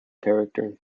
character